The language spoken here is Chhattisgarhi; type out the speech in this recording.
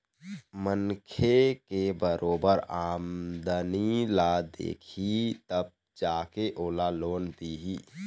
मनखे के बरोबर आमदनी ल देखही तब जा के ओला लोन दिही